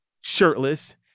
shirtless